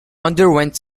underwent